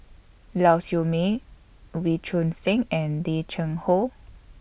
Lau Siew Mei Wee Choon Seng and Lim Cheng Hoe